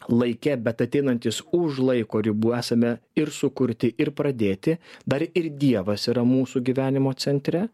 laike bet ateinantys už laiko ribų esame ir sukurti ir pradėti dar ir dievas yra mūsų gyvenimo centre